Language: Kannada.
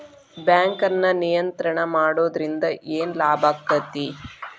ಬ್ಯಾಂಕನ್ನ ನಿಯಂತ್ರಣ ಮಾಡೊದ್ರಿಂದ್ ಏನ್ ಲಾಭಾಕ್ಕತಿ?